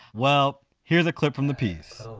well, here's a clip from the piece